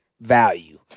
value